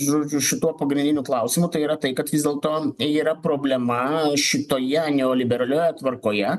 žodžiu šituo pagrindiniu klausimu tai yra tai kad vis dėlto tai yra problema šitoje neoliberalioje tvarkoje